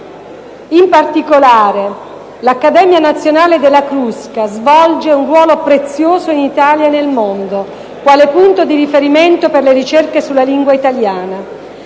in particolare, l'Accademia nazionale della Crusca svolge un ruolo prezioso in Italia e nel mondo quale punto di riferimento per le ricerche sulla lingua italiana;